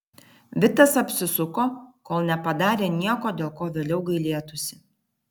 vitas apsisuko kol nepadarė nieko dėl ko vėliau gailėtųsi